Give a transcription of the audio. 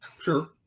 sure